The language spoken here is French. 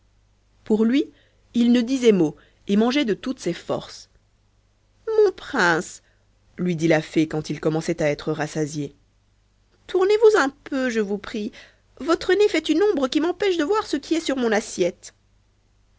pour lui il ne disait mot et mangeait de toutes ses forces mon prince lui dit la fée quand il commençait à être rassasié tournez-vous un peu je vous prie votre nez fait une ombre qui m'empêche de voir ce qui est sur mon assiette